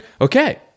okay